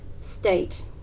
state